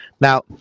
Now